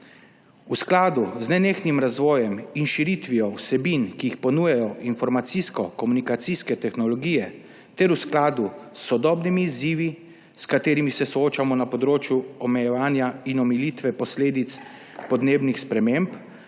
V skladu z nenehnim razvojem in širitvijo vsebin, ki jih ponujajo informacijsko-komunikacijske tehnologije, ter v skladu s sodobnimi izzivi, s katerimi se soočamo na področju omejevanja in omilitve posledic podnebnih sprememb,